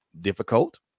difficult